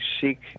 seek